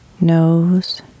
nose